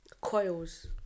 coils